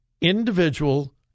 individual